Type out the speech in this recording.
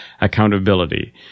accountability